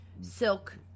silk